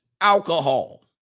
alcohol